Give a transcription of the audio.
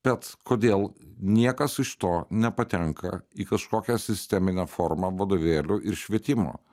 bet kodėl niekas iš to nepatenka į kažkokią sisteminę formą vadovėlių ir švietimo